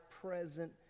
present